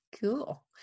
Cool